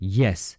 yes